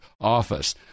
office